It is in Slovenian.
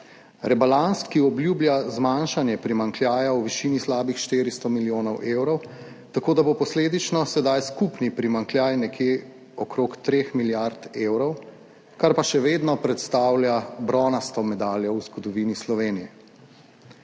Rebalans, ki obljublja zmanjšanje primanjkljaja v višini slabih 400 milijonov evrov, tako da bo posledično sedaj skupni primanjkljaj nekje okrog 3 milijard evrov, kar pa še vedno predstavlja bronasto medaljo v zgodovini Slovenije.